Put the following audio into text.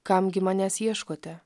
kam gi manęs ieškote